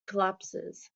collapses